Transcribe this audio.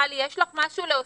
טלי, יש לך משהו להוסיף?